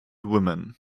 women